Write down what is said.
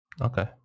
Okay